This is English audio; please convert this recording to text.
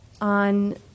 on